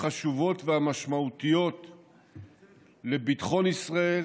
החשובות והמשמעותיות לביטחון ישראל,